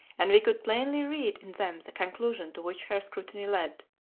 and we could plainly read in them the conclusion to which her scrutiny led,